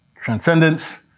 Transcendence